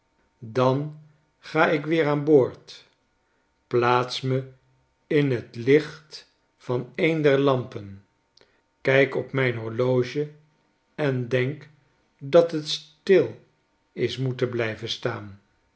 dan ga ik weer aan boord plaats me in t licht van een der lampen kyk op mijn horloge en denk dat het stil is moeten blijven staan